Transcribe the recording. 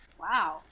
Wow